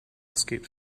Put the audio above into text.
escaped